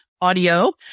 audio